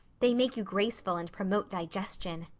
they make you graceful and promote digestion.